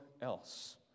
else